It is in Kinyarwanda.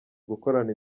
gukorana